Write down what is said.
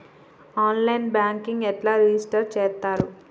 On line banking ఎట్లా register చేత్తరు?